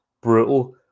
brutal